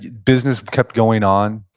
business kept going on,